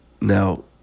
Now